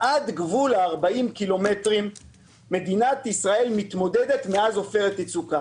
עד גבול ה-40 קילומטרים מדינת ישראל מתמודדת מאז עופרת יצוקה.